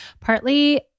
partly